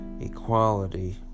equality